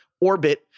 orbit